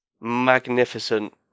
magnificent